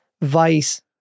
vice-